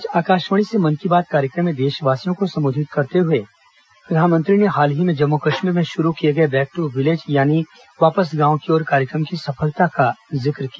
आज आकाशवाणी से मन की बात कार्यक्रम में देशवासियों को संबोधित करते हुए प्रधानमंत्री ने हाल ही में जम्मू कश्मीर में शुरू किए गए बैक दू विलेज यानी वापस गांव की ओर कार्यक्रम की सफलता का जिक्र किया